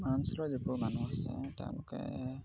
আমাৰ অঞ্চলত যিবোৰ মানুহ আছে তেওঁলোকে